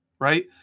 Right